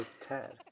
Ted